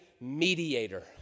mediator